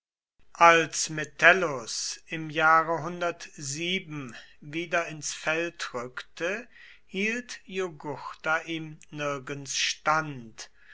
als metellus im jahre wieder ins feld rückte hielt jugurtha ihm nirgends stand